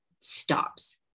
stops